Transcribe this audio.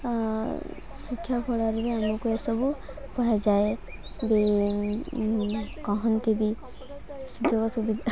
ଶିକ୍ଷା ଖୋଳାରେ ଆମକୁ ଏସବୁ କୁହାଯାଏ କହନ୍ତି ସୁଯୋଗ ସୁବିଧା